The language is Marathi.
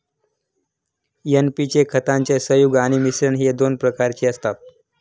एन.पी चे खताचे संयुग आणि मिश्रण हे दोन प्रकारचे असतात